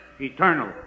eternal